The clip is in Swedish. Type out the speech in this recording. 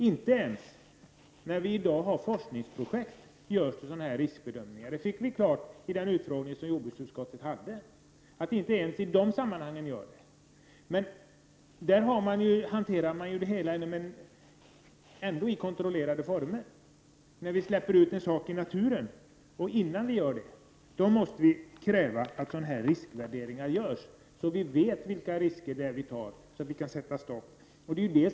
Inte ens vid dagens forskningsprojekt görs sådana riskbedömningar. Det fick vi klart för oss i den utfrågning som jordbruksutskottet anordnade. Men vid dessa forskningsprojekt hanteras ju ändå det hela i kontrollerade former. Men innan vi släpper ut sådana saker i naturen måste riskvärderingar göras, så att vi vet vilka risker som tas och så att vi kan sätta stopp för detta om vi vill.